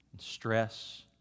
stress